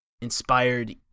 inspired